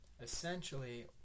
essentially